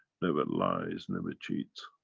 never lies, never cheats.